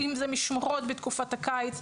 אם זה משמרות בתקופת הקיץ,